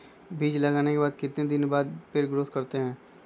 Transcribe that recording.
बीज लगाने के बाद कितने दिन बाद पर पेड़ ग्रोथ करते हैं?